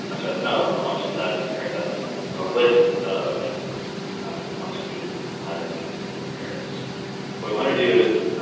and yeah that's not ah a longitude-latitude pair. that's a list of longitude-latitude pairs. what we wanna do is